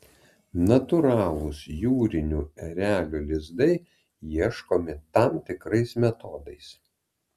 natūralūs jūrinių erelių lizdai ieškomi tam tikrais metodais